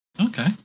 Okay